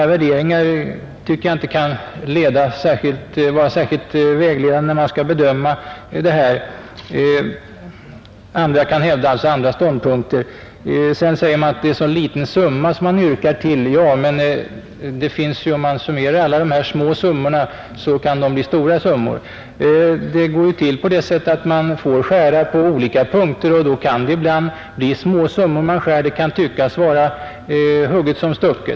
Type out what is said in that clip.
Här har också sagts att det är en så liten summa som yrkas utöver vad Kungl. Maj:t föreslagit. Ja, men små summor kan tillsammans bli stora summor. Man måste ju skära ner på olika punkter, och ibland kan det vara fråga om så små summor att det kan tyckas vara hugget som stucket.